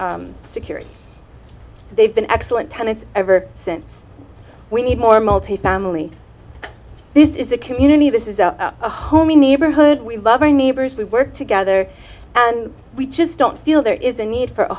and security they've been excellent tenants ever since we need more multi family this is a community this is a homey neighborhood we love our neighbors we work together and we just don't feel there is a need for a